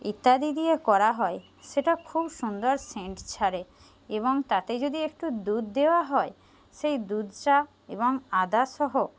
ইত্যাদি দিয়ে করা হয় সেটা খুব সুন্দর সেন্ট ছাড়ে এবং তাতে যদি একটু দুধ দেওয়া হয় সেই দুধ চা এবং আদাসহ